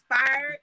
inspired